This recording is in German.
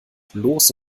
bloß